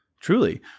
Truly